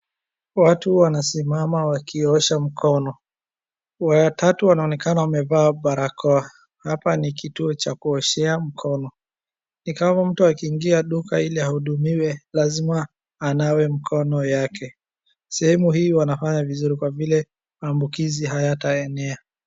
Watu wanasimama wakiosha mkono. Watatu wanaonekana wamevaa barakoa. Hapa ni kituo cha kuoshea mikono. Ni kama mtu akiingia duka hili ahudumiwe lazima anawe mkono yake. Sehemu hio wanafanya vizuri kwa vile maambukizi hayataenea.